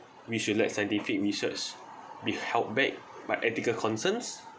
we should let scientific research be held back by ethical concerns